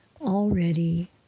already